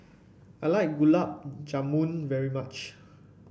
I like Gulab Jamun very much